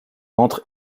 ventre